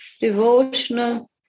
devotional